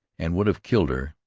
and would have killed her,